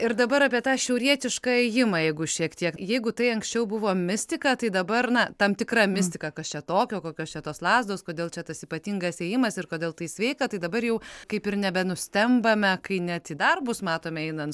ir dabar apie tą šiaurietišką ėjimą jeigu šiek tiek jeigu tai anksčiau buvo mistika tai dabar na tam tikra mistika kas čia tokio kokios čia tos lazdos kodėl čia tas ypatingas ėjimas ir kodėl tai sveika tai dabar jau kaip ir nebenustembame kai net į darbus matome einant